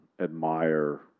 admire